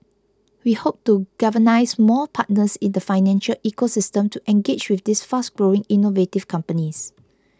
we hope to galvanise more partners in the financial ecosystem to engage with these fast growing innovative companies